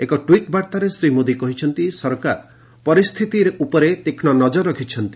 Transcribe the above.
ଏକ ଟ୍ୱିଟ୍ ବାର୍ଭରେ ଶ୍ରୀ ମୋଦୀ କହିଛନ୍ତି ସରକାର ପରିସ୍ଥିତିରେ ଉପରେ ତୀକ୍ଷ୍କ ନଜର ରଖିଛନ୍ତି